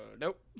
nope